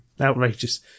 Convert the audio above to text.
outrageous